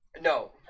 No